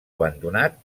abandonat